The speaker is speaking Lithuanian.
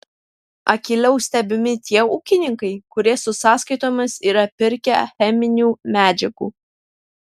akyliau stebimi tie ūkininkai kurie su sąskaitomis yra pirkę cheminių medžiagų